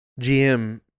GM